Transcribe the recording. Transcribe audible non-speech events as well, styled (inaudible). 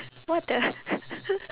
what the (noise)